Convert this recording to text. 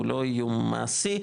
לא איום מעשי,